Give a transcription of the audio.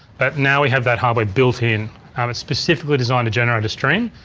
but now we have that hardware built in and it's specifically designed to generate a stream.